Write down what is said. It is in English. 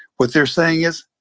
what they're saying is,